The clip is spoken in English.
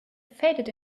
faded